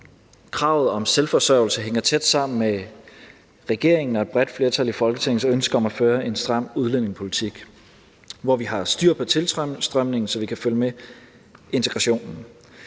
Kravet om selvforsørgelse hænger tæt sammen med regeringens og et bredt flertal i Folketingets ønske om at føre en stram udlændingepolitik, hvor vi har styr på tilstrømningen, så vi kan følge med med hensyn